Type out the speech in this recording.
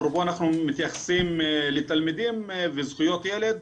אפרופו אנחנו מתייחסים לתלמידים וזכויות ילד,